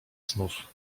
znów